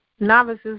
novices